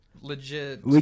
legit